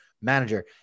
manager